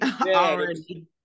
already